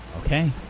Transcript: okay